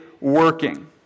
working